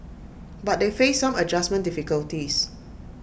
but they faced some adjustment difficulties